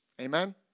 Amen